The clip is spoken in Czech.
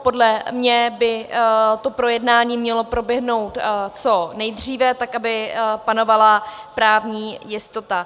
Podle mě by to projednání mělo proběhnout co nejdříve, tak aby panovala právní jistota.